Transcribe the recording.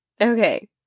Okay